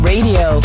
Radio